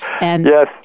Yes